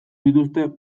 dituzte